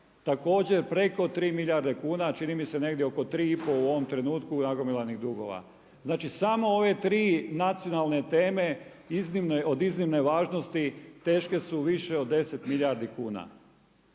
Također preko 3 milijarde kuna, čini mi se negdje oko 3,5 u ovom trenutku nagomilanih dugova. Znači samo ove tri nacionalne teme od iznimne važnosti teške su više od 10 milijardi kuna.